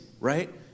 right